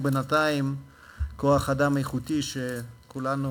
ובינתיים כוח-אדם איכותי שכולנו